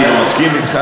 אני מסכים אתך.